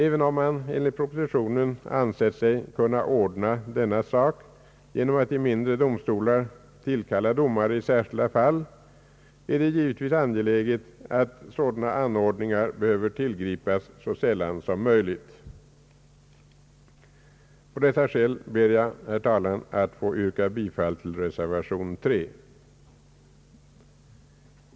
Även om man enligt propositionen anser sig kunna ordna denna sak genom att i mindre domstolar tillkalla domare i särskilda fall, är det givetvis angeläget att sådana anordningar behöver tillgripas så sällan som möjligt. Av dessa skäl ber jag, herr talman, att få yrka bifall till reservation 3.